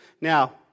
Now